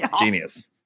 Genius